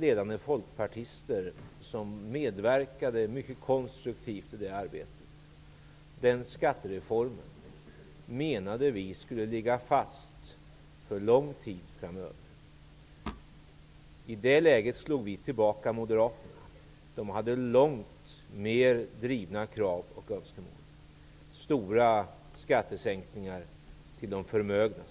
Ledande folkpartister medverkade mycket konstruktivt i det arbetet. Vi menade att denna skattereform skulle ligga fast för lång tid framöver. I det läget slog vi tillbaka moderaterna. Deras krav och önskelmål var långt längre drivna. De ville ha stora skattesänkningar för de mest förmögna.